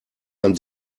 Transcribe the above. man